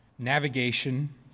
Navigation